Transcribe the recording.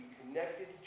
connected